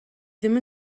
ddim